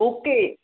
okay